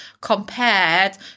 compared